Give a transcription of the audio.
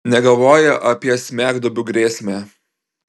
negalvojo apie smegduobių grėsmę